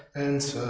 and